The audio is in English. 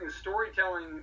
storytelling